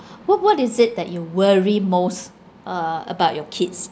wha~ what is it that you worry most uh about your kids